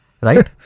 right